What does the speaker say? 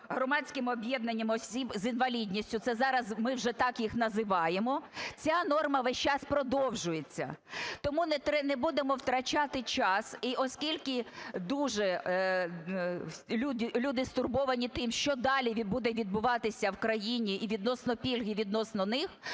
громадським об'єднанням осіб з інвалідністю, це зараз ми вже так їх називаємо, ця норма весь час продовжується. Тому не будемо втрачати час. І оскільки дуже люди стурбовані тим, що далі буде відбуватися в країні і відносно пільг, і відносно них,